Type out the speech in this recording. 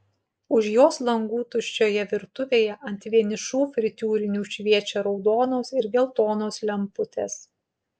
už jos langų tuščioje virtuvėje ant vienišų fritiūrinių šviečia raudonos ir geltonos lemputės